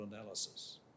analysis